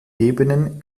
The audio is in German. ebenen